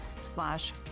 slash